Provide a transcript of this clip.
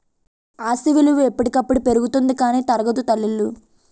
ఆస్తి విలువ ఎప్పటికప్పుడు పెరుగుతుంది కానీ తరగదు తల్లీ